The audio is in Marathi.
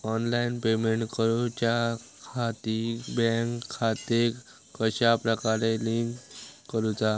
ऑनलाइन पेमेंट करुच्याखाती बँक खाते कश्या प्रकारे लिंक करुचा?